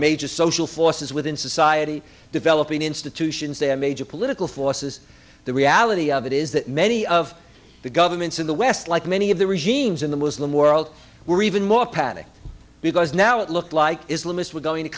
major social forces within society developing institutions they have major political forces the reality of it is that many of the governments in the west like many of the regimes in the muslim world were even more panicked because now it looked like islamists were going to